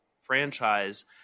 franchise